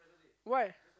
why